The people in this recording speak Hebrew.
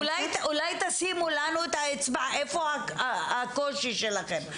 אולי תשימו, למעננו, את האצבע איפה הקושי שלכם.